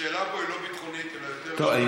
השאלה פה היא לא ביטחונית, אלא יותר, טוב.